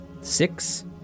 Six